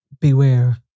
Beware